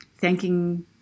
thanking